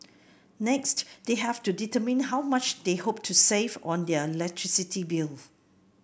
next they have to determine how much they hope to save on their electricity bill